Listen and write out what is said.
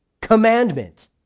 commandment